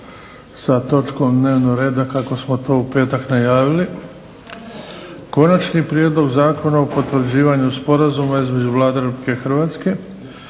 sa točkom dnevnog reda kako smo to u petak najavili - Konačni prijedlog Zakona o potvrđivanju Sporazuma između Vlade Republike Hrvatske